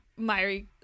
Myri